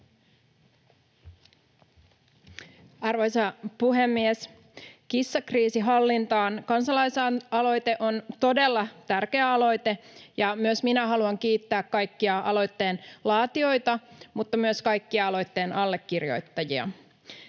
Arvoisa puhemies! Kissakriisi hallintaan ‑kansalaisaloite on todella tärkeä aloite, ja myös minä haluan kiittää kaikkia aloitteen laatijoita mutta myös kaikkia aloitteen allekirjoittajia.